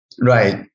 Right